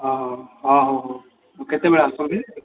ହଁ ହଁ ହଁ ହଁ ହଁ କେତେବେଳେ ଆସୁଛନ୍ତି